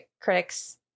critics